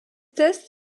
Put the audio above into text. test